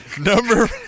Number